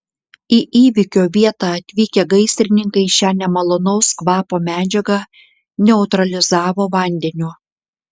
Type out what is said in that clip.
į įvykio vietą atvykę gaisrininkai šią nemalonaus kvapo medžiagą neutralizavo vandeniu